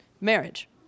marriage